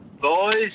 Boys